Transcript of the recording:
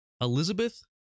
Elizabeth